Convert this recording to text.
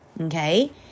okay